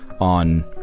on